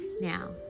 Now